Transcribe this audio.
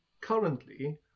currently